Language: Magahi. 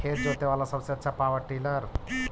खेत जोते बाला सबसे आछा पॉवर टिलर?